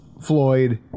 Floyd